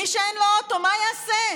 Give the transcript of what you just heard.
מי שאין לו אוטו, מה יעשה?